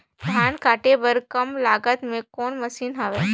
धान काटे बर कम लागत मे कौन मशीन हवय?